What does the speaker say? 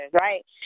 right